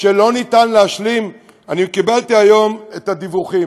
שלא ניתן להשלים, אני קיבלתי היום את הדיווחים.